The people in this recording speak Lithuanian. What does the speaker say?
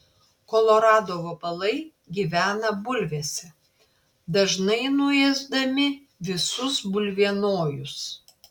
kolorado vabalai gyvena bulvėse dažnai nuėsdami visus bulvienojus